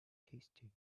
tasty